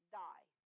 die